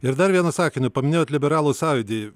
ir dar vienu sakiniu paminėjot liberalų sąjūdį